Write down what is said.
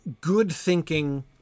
good-thinking